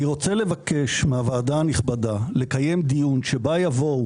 אני רוצה לבקש מהוועדה הנכבדה לקיים דיון שאליו יבואו